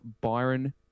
Byron